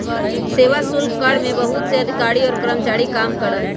सेवा शुल्क कर में बहुत से अधिकारी और कर्मचारी काम करा हई